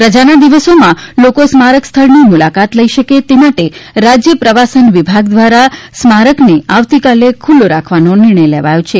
રજાના દિવસોમાં લોકો સ્મારક સ્થળની મુલાકાત લઈ શકે તે માટે રાજ્ય પ્રવાસન વિભાગ દ્વારા સ્મારકને આવતીકાલે ખુલ્લો રાખવાનો નિર્ણય લેવાયો છે